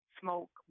smoke